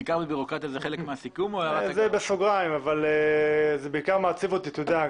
זה בסוגריים, אבל זה בעיקר מעציב אותי, אתה יודע.